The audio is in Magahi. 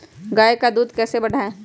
गाय का दूध कैसे बढ़ाये?